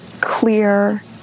clear